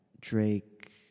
Drake